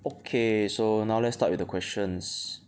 okay so now let's start with the questions